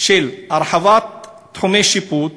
של הרחבת תחומי השיפוט